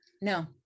No